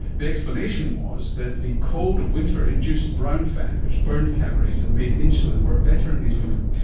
the explanation was that the cold of winter induced brown fat which burned calories and made insulin work better in these women.